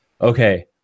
okay